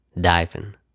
diving